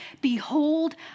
behold